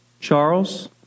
Charles